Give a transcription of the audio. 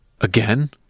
Again